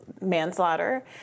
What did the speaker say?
manslaughter